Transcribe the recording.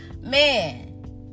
Man